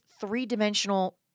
three-dimensional